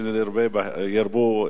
שירבו,